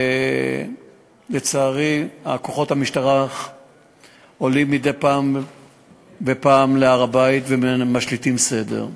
ולצערי כוחות המשטרה עולים מדי פעם בפעם להר-הבית ומשליטים סדר.